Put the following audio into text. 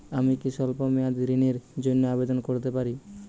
আমি কি স্বল্প মেয়াদি ঋণের জন্যে আবেদন করতে পারি?